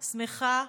שמחה,